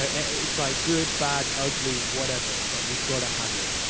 and it's like, good, bad, ugly, whatever. it's like, we gotta have it.